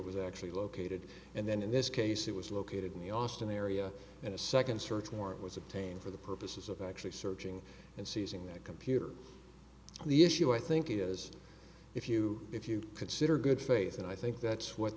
was actually located and then in this case it was located in the austin area and a second search warrant was obtained for the purposes of actually searching and seizing that computer the issue i think is if you if you consider good faith and i think that's what